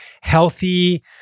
healthy